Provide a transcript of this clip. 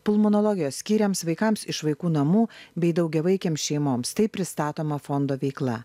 pulmonologijos skyriams vaikams iš vaikų namų bei daugiavaikėms šeimoms taip pristatoma fondo veikla